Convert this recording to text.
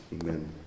Amen